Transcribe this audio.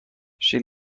she